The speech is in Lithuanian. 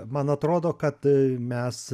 man atrodo kad mes